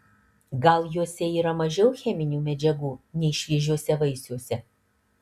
gal juose yra mažiau cheminių medžiagų nei šviežiuose vaisiuose